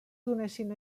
donessin